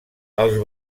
els